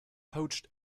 poached